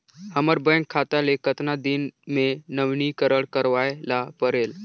हमर बैंक खाता ले कतना दिन मे नवीनीकरण करवाय ला परेल?